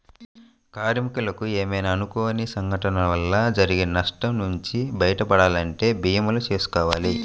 కార్మికులకు ఏమైనా అనుకోని సంఘటనల వల్ల జరిగే నష్టం నుంచి బయటపడాలంటే భీమాలు చేసుకోవాలి